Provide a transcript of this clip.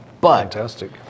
fantastic